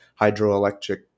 hydroelectric